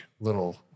little